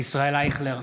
ישראל אייכלר,